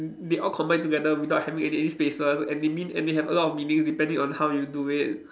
they all combine together without having any any spaces and they mean and they have a lot of meanings depending on how you do it